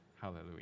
hallelujah